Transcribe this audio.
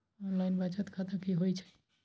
Online बचत खाता की होई छई?